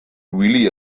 really